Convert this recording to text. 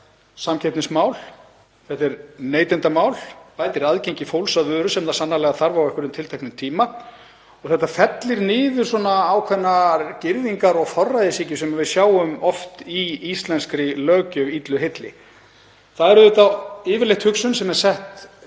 samkeppnismál, þetta er neytendamál, bætir aðgengi fólks að vöru sem það sannarlega þarf á að halda á einhverjum tilteknum tíma og þetta fellir niður ákveðnar girðingar og forræðishyggju sem við sjáum oft í íslenskri löggjöf, illu heilli. Það er yfirleitt hugsun sem er sett